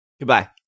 Goodbye